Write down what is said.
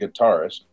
guitarist